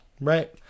Right